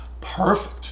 perfect